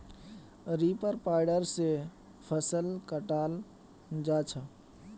reaper binder से फसल कटाल जा छ